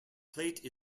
plate